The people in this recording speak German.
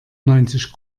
neunzig